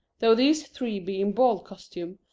though these three be in ball-costume,